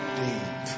deep